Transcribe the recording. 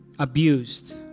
abused